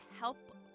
help